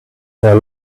their